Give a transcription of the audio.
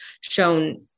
shown